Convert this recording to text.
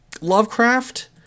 Lovecraft